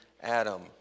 Adam